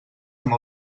amb